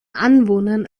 anwohnern